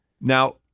now